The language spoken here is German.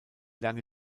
lange